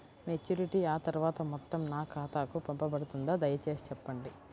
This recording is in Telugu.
మెచ్యూరిటీ తర్వాత ఆ మొత్తం నా ఖాతాకు పంపబడుతుందా? దయచేసి చెప్పండి?